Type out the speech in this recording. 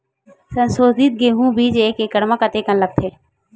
संसोधित गेहूं बीज एक एकड़ म कतेकन लगथे?